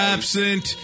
Absent